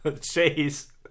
chase